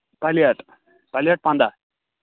plate plate پنٛداہ